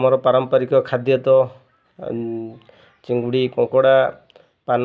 ଆମର ପାରମ୍ପରିକ ଖାଦ୍ୟ ତ ଚିଙ୍ଗୁଡ଼ି କଙ୍କଡ଼ା ପାନ